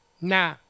nah